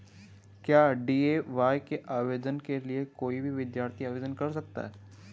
क्या डी.ए.वाय के आवेदन के लिए कोई भी विद्यार्थी आवेदन कर सकता है?